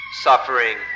suffering